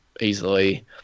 easily